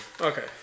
Okay